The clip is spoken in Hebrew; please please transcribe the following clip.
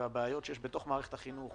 לבעיות שיש בתוך מערכת החינוך,